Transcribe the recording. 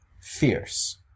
fierce